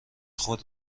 خود